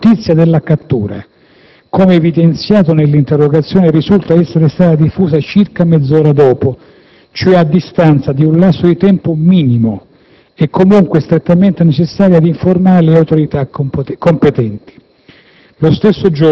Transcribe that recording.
La notizia della cattura, come evidenziato nell'interrogazione, risulta essere stata diffusa circa mezz'ora dopo, cioè a distanza di un lasso di tempo minimo e comunque strettamente necessario ad informare le autorità competenti.